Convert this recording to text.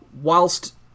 whilst